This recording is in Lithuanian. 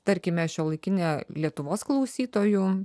tarkime šiuolaikinė lietuvos klausytojų